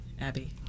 Abby